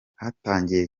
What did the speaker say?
hatangiye